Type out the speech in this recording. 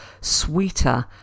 sweeter